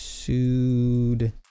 Sued